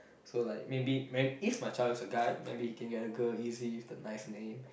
so like maybe man if my child is a guy maybe he can get a girl easy with a nice name